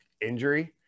injury